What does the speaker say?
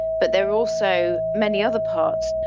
but there are also many other parts.